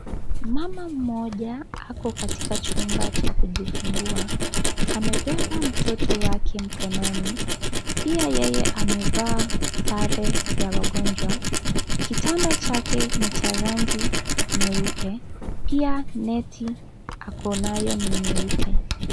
Mama mmoja, ako katika chumba cha kujifungua, amebeba mtoto wake mkononi, pia yeye amevaa sare ya wagonjwa. Kitanda chake ni cha rangi nyeupe, pia neti ako nayo ni nyeupe.